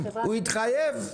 הוא התחייב?